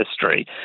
history